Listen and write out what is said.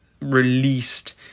released